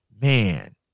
man